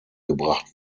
gebracht